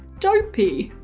dopey?